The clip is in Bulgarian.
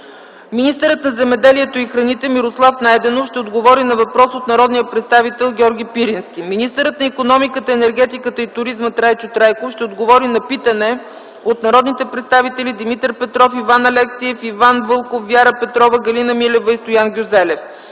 Министърът на земеделието и храните Мирослав Найденов ще отговори на въпрос от народния представител Георги Пирински. Министърът на икономиката, енергетиката и туризма Трайчо Трайков ще отговори на питане от народните представители Димитър Петров, Иван Алексиев, Иван Вълков, Вяра Петрова, Галина Милева и Стоян Гюзелев.